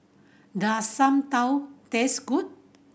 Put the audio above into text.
does Sam tau taste good